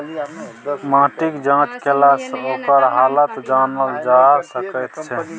माटिक जाँच केलासँ ओकर हालत जानल जा सकैत छै